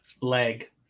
leg